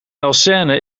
elsene